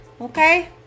Okay